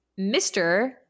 Mr